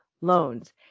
loans